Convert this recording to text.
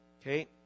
Okay